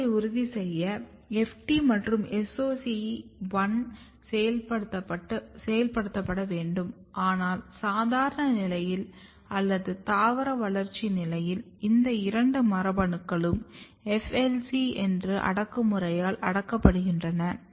பூப்பதை உறுதி செய்ய FT மற்றும் SOC1 செயல்படுத்தப்பட வேண்டும் ஆனால் சாதாரண நிலையில் அல்லது தாவர வளர்ச்சி நிலையில் இந்த இரண்டு மரபணுக்களும் FLC என்ற அடக்குமுறையால் அடக்கப்படுகின்றன